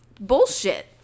Bullshit